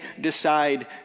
decide